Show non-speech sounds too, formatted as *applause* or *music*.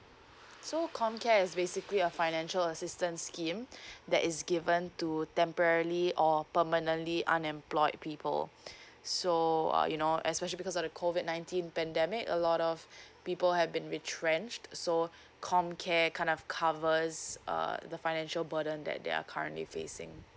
so comcare is basically a financial assistance scheme *breath* that is given to temporary or permanently unemployed people *breath* so uh you know especially because of the COVID nineteen pandemic a lot of *breath* people have been retrenched so comcare kind of covers uh the financial burden that they're currently facing